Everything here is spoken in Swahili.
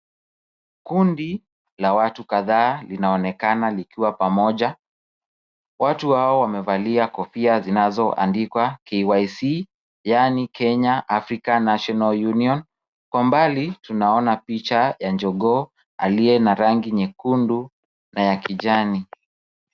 Kundi la watu kadhaa linaonekana likiwa pamoja. Watu hawa wamevalia kofia zinazoandikwa KYC yaani Kenya Africa National Union . Kwa mbali tunaona picha ya jogoo aliye na rangi nyekundu na ya kijani.